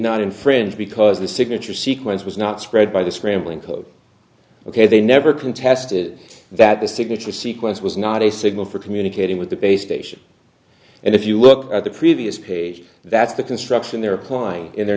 not infringe because the signature sequence was not spread by the scrambling code ok they never contested that the signature sequence was not a signal for communicating with the base station and if you look at the previous page that's the construction they're applying in they're